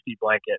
blanket